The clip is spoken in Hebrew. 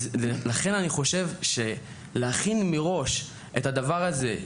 לכן אני חושב שלהכין מראש את הדבר הזה,